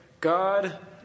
God